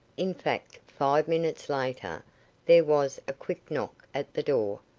in fact, five minutes later there was a quick knock at the door,